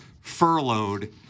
furloughed